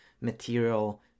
material